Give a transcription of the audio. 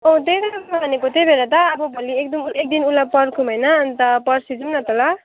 अँ त्यही त भनेको त्यही भएर त अब भोलि एकदिन एकदिन उसलाई पर्खौँ होइन अनि पर्सि जाऔँ न त ल